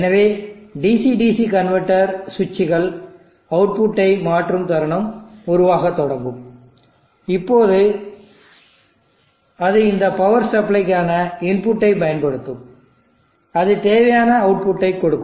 எனவே DC DC converter சுவிட்சுகள் அவுட்புட்டை மாற்றும் தருணம் உருவாகத் தொடங்கும் இப்போது அது இந்த பவர் சப்ளைக்கான இன்புட்டை பயன்படுத்தும் அது தேவையான அவுட்புட்டை கொடுக்கும்